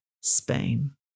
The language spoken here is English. Spain